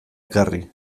ekarri